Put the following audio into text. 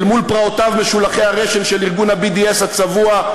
אל מול פרעותיו משולחי הרסן של ארגון ה-BDS הצבוע,